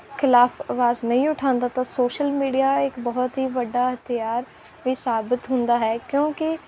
ਖਿਲਾਫ਼ ਆਵਾਜ਼ ਨਹੀਂ ਉਠਾਉਂਦਾ ਤਾਂ ਸੋਸ਼ਲ ਮੀਡੀਆ ਇੱਕ ਬਹੁਤ ਹੀ ਵੱਡਾ ਹਥਿਆਰ ਵੀ ਸਾਬਤ ਹੁੰਦਾ ਹੈ ਕਿਉਂਕਿ